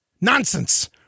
nonsense